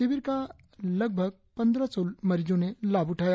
शिविर का लगभग पंद्रह सौ मरीजों ने लाभ उठाया